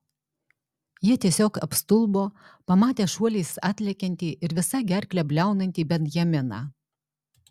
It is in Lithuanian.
jie tiesiog apstulbo pamatę šuoliais atlekiantį ir visa gerkle bliaunantį benjaminą